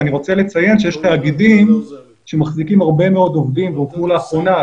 אני רוצה לציין שיש תאגידים שמחזיקים הרבה מאוד עובדים והוקמו לאחרונה,